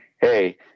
Hey